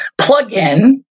plugin